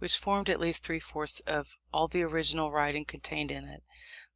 which formed at least three-fourths of all the original writing contained in it